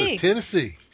Tennessee